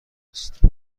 است